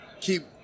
keep